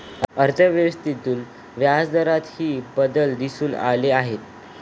अर्थव्यवस्थेतून व्याजदरातही बदल दिसून आले आहेत